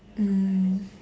mm